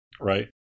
Right